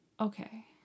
Okay